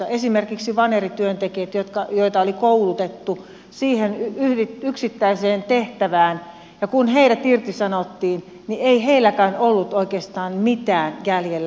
kun esimerkiksi vanerityöntekijät joita oli koulutettu siihen yksittäiseen tehtävään irtisanottiin niin ei heilläkään ollut oikeastaan mitään jäljellä